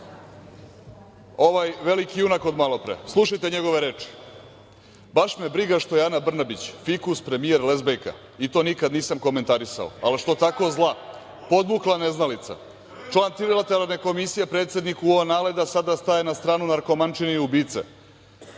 ovaj veliki junak od malo pre. Slušajte njegove reč: "Baš me briga što je Ana Brnabić fikus premijer, lezbejka i to nikad nisam komentarisao, ali što tako zla, podmukla neznalica, član trilateralne komisije predsednika UO Naleda sada staje na stranu narkomančine i ubice…I,